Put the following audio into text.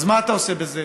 אז מה אתה עושה בזה?